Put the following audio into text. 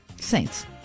Saints